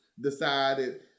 decided